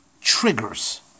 triggers